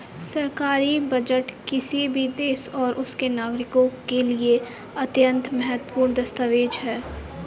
सरकारी बजट किसी भी देश और उसके नागरिकों के लिए एक अत्यंत महत्वपूर्ण दस्तावेज है